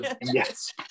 yes